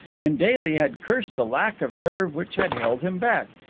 and daily had cursed the lack of nerve which had held him back.